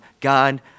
God